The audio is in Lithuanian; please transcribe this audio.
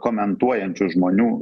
komentuojančių žmonių